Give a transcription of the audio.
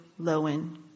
Lowen